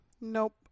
nope